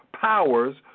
powers